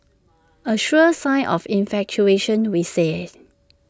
A sure sign of infatuation we say